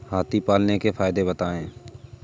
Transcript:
हाथी पालने के फायदे बताए?